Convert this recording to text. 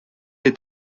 est